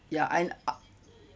ya and I